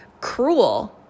cruel